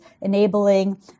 enabling